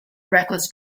reckless